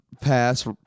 pass